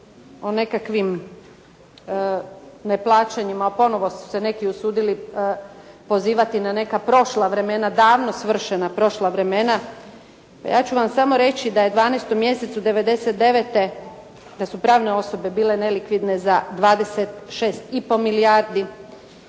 o nekakvim neplaćanjima, a ponovo su se neki usudili pozivati na neka prošla vremena, davno svršena prošla vremena. A ja ću vam samo reći da je u dvanaestom mjesecu '99. kad su pravne osobe bile nelikvidne za 26 i pol milijardi,